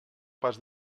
pas